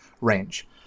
range